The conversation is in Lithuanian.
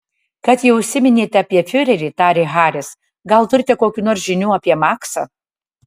kad jau užsiminėte apie fiurerį tarė haris gal turite kokių nors žinių apie maksą